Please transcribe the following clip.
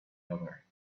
other